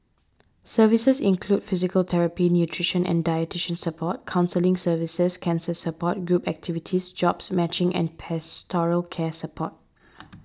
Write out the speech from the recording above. services include physical therapy nutrition and dietitian support counselling services cancer support group activities jobs matching and pastoral care support